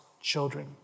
children